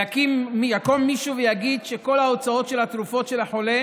יקום מישהו ויגיד שכל ההוצאות של התרופות של החולה